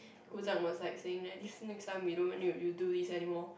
Gu-Zhang was like saying that next time we don't need to use do this anymore